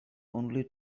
only